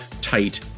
tight